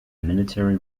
military